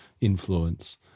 influence